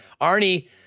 Arnie